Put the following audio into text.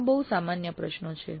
આ બહુ સામાન્ય પ્રશ્નો છે